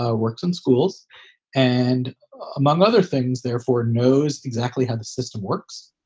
ah works in schools and among other things, therefore knows exactly how the system works.